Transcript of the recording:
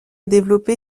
développé